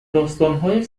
داستانهای